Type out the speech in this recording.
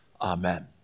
Amen